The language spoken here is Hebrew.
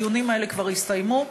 הדיונים האלה כבר הסתיימו,